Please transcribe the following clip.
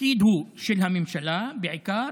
התפקיד הוא של הממשלה בעיקר,